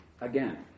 Again